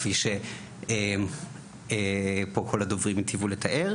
כפי שפה כל הדוברים הטיבו לתאר,